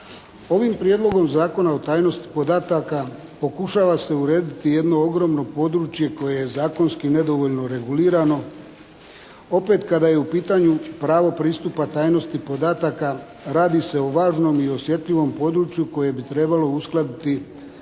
Ovim Prijedlogom zakona o tajnosti podataka pokušava se urediti jedno ogromno područje koje je zakonski nedovoljno regulirano opet kada je u pitanju pravo pristupa tajnosti podataka radi se o važnom i osjetljivom području koje bi trebalo uskladiti